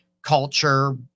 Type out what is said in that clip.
culture